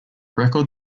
record